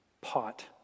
pot